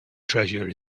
treasure